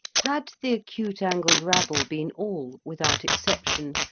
had the acute-angled rabble been all, without exception,